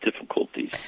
difficulties